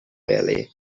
rarely